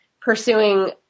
pursuing